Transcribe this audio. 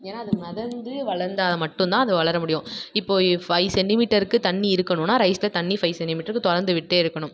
ஏன்னா அது மிதந்து வளர்ந்தா மட்டுந்தான் அது வளர முடியும் இப்போது இ ஃபைவ் சென்டிமீட்டருக்கு தண்ணி இருக்கணும்ன்னா ரைஸில் தண்ணி ஃபைவ் சென்டிமீட்டருக்கு திறந்து விட்டே இருக்கணும்